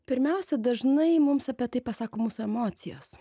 pirmiausia dažnai mums apie tai pasako mūsų emocijos